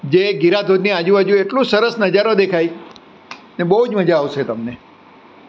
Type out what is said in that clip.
જે ગિરાધોધની આજુબાજુ એટલો સરસ નજારો દેખાય ને બહુ જ મજા આવશે તમને